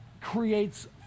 creates